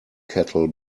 kettle